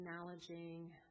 acknowledging